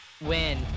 win